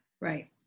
right